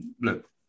look